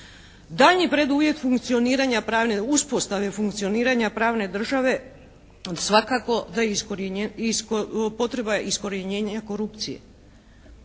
pravne uspostave funkcioniranja pravne države svakako da je potreba iskorjenjenja korupcije.